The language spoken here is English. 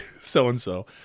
so-and-so